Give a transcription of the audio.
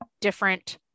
different